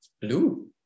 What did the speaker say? blue